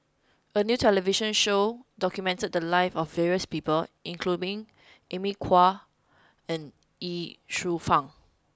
a new television show documented the lives of various people including Amy Khor and Ye Shufang